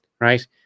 right